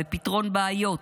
בפתרון בעיות.